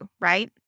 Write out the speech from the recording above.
right